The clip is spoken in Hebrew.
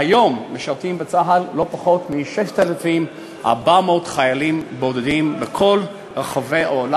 והיום משרתים בצה"ל לא פחות מ-6,400 חיילים בודדים מכל רחבי העולם.